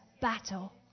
battle